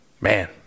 Man